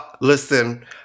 listen